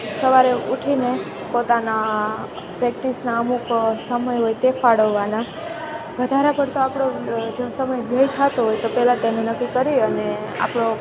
સવારે ઉઠીને પોતાના પ્રેક્ટીસના અમુક સમય હોય તે ફાળવવાના વધારા પડતો આપણો જો સમય વ્યય થતો હોય તો પહેલાં તેને નક્કી કરી તેને આપણો